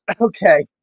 Okay